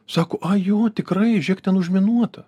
sako ai jo tikrai žėk ten užminuota